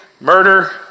Murder